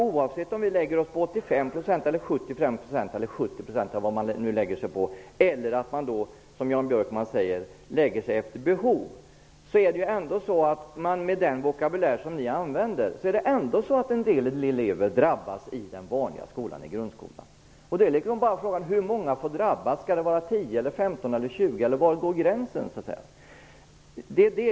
Oavsett om det blir 85 %, 75 % eller 70 %, eller om det blir resurser efter behov, som Jan Björkman vill, är det ändå så att en del elever drabbas i den vanliga skolan, i grundskolan. Då är frågan: Hur många får drabbas? Skall det vara 10, 15 eller 20? Var går gränsen?